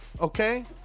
okay